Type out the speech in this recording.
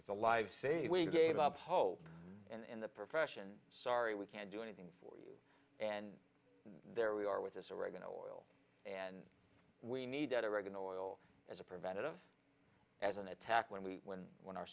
is a live say we gave up hope in the profession sorry we can't do anything for you and there we are with this oregano oil and we need that oregano oil as a preventative as an attack when we when when our